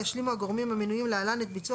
ישלימו הגורמים המנויים להלן את ביצוע